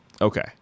Okay